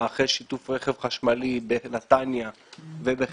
מערכי שיתוף רכב חשמלי בנתניה ובחיפה,